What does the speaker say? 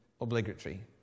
obligatory